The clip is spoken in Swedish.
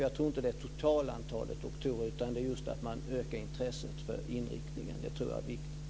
Jag tror inte detta gäller totalantalet doktorer, utan man måste öka intresset för inriktning. Det tror jag är viktigt.